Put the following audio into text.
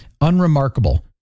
unremarkable